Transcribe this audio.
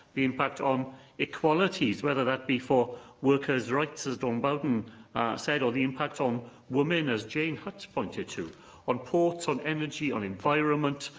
the impact on equalities whether that be for workers' rights, as dawn bowden said, or the impact on women, as jane hutt pointed to on ports, on energy, on environment,